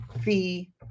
fee